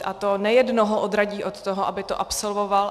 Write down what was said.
A to nejednoho odradí od toho, aby to absolvoval.